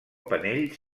panell